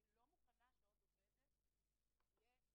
אני לא מוכנה שעוד עובדת תהיה,